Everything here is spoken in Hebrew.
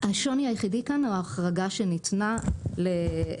השוני היחיד כאן הוא ההחרגה שניתנה לפקחים